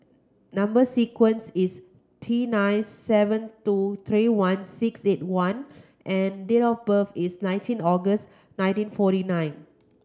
number sequence is T nine seven two three one six eight one and date of birth is nineteen August nineteen forty nine